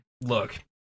Look